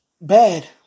bad